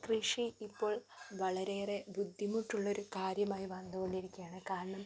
കൃഷി ഇപ്പോൾ വളരെയേറെ ബുദ്ധിമുട്ടുള്ളൊരു കാര്യമായി വന്നുകൊണ്ടിരിക്കുകയാണ് കാരണം